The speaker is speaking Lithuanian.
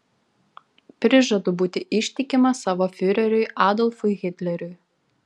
prižadu būti ištikimas savo fiureriui adolfui hitleriui